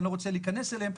ואני לא רוצה להיכנס אליהם,